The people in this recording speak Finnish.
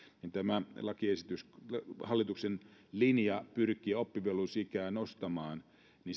niin tämä hallituksen linja pyrkiä oppivelvollisuusikää nostamaan